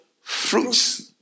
fruits